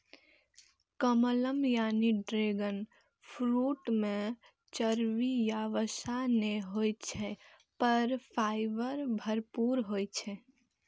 कमलम यानी dragon fruit मे चर्बी या वसा नै होइ छै, पर फाइबर भरपूर होइ छै